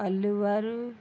Alwar